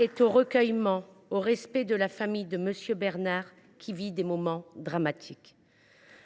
est au recueillement, au respect de la famille de M. Bernard, qui vit des moments dramatiques.